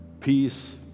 peace